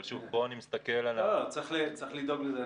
אבל פה אני מסתכל על --- צריך לדאוג לזה.